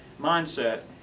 mindset